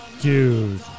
Dude